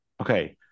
okay